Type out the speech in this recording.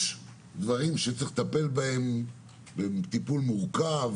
יש דברים שצריך לטפל בהם טיפול מורכב.